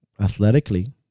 athletically